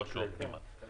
24 שעות ביממה.